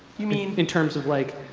you mean? in terms of like,